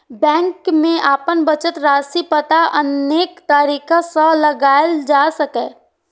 bank मे अपन बचत राशिक पता अनेक तरीका सं लगाएल जा सकैए